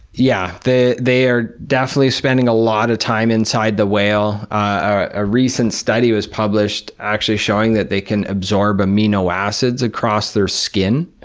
yeah, they are definitely spending a lot of time inside the whale. a recent study was published actually showing that they can absorb amino acids across their skin.